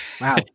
Wow